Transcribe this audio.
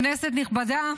כנסת נכבדה,